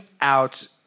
out